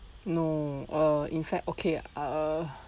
no or in fact okay err